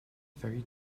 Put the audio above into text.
ferry